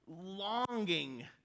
longing